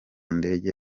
ndege